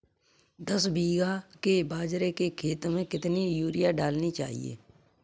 दस बीघा के बाजरे के खेत में कितनी यूरिया डालनी चाहिए?